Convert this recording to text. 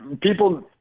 people